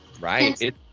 Right